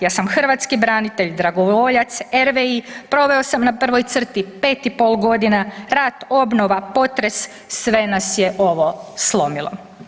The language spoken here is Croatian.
Ja sam hrvatski branitelj, dragovoljac, RVI, proveo sam na prvoj crti 5,5.g., rat, obnova, potres, sve nas je ovo slomilo.